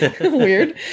Weird